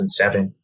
2007